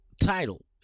title